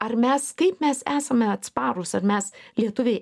ar mes kaip mes esame atsparūs ar mes lietuviai